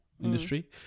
industry